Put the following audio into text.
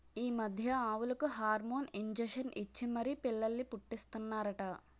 ఈ మధ్య ఆవులకు హార్మోన్ ఇంజషన్ ఇచ్చి మరీ పిల్లల్ని పుట్టీస్తన్నారట